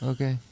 Okay